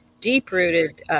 deep-rooted